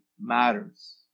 matters